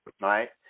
right